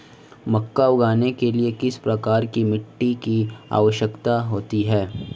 मक्का उगाने के लिए किस प्रकार की मिट्टी की आवश्यकता होती है?